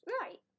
right